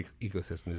ecosystem